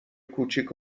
کوچیک